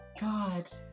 God